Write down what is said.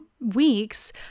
weeks